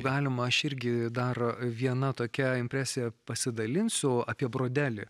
galima aš irgi dar viena tokia impresija pasidalinsiu apie brodelį